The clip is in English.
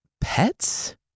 pets